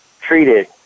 treated